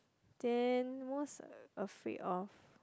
then most afraid of